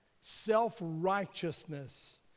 Self-righteousness